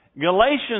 Galatians